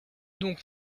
donc